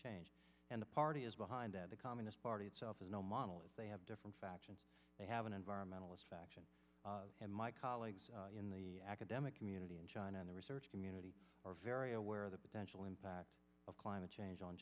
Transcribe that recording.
change and the party is behind the communist party itself is no model and they have different factions they have an environmentalist faction and my colleagues in the academic community in china in the research community are very aware of the potential impact of climate change on